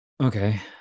okay